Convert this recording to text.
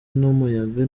n’umuyaga